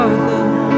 Father